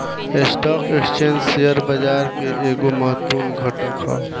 stock exchange share बाजार के एगो महत्वपूर्ण घटक ह